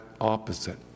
opposite